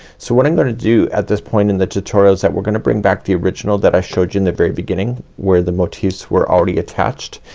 so what i'm gonna do at this point in the tutorial is that we're gonna bring back the original that i showed you in the very beginning where the motifs were already attached.